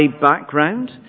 background